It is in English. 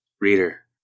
reader